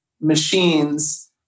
machines